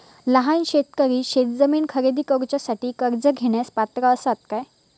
लहान शेतकरी शेतजमीन खरेदी करुच्यासाठी कर्ज घेण्यास पात्र असात काय?